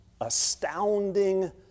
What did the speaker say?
astounding